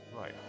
right